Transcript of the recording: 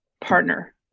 partner